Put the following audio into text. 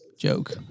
joke